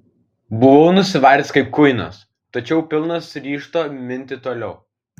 buvau nusivaręs kaip kuinas tačiau pilnas ryžto minti toliau